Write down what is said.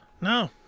No